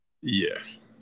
Yes